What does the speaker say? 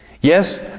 Yes